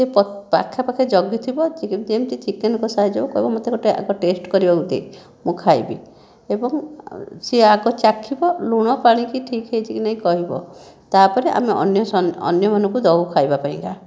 ସେ ପାଖାପାଖି ଜଗି ଥିବ ଯେମିତି ଚିକେନ୍ କଷା ହୋଇଯିବ କହିବି ମୋତେ ଗୋଟିଏ ଆଗ ଟେଷ୍ଟ କରିବାକୁ ଦେ ମୁଁ ଖାଇବି ଏବଂ ସେ ଆଗ ଚାଖିବ ଲୁଣ ପାଣିକି ଠିକ୍ ହୋଇଛି କି ନାହିଁ କହିବ ତା' ପରେ ଆମେ ଅନ୍ୟ ଅନ୍ୟମାନଙ୍କୁ ଦେଉ ଖାଇବା ପାଇଁକା